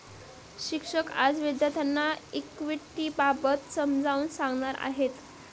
शिक्षक आज विद्यार्थ्यांना इक्विटिबाबत समजावून सांगणार आहेत